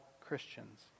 Christians